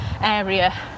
area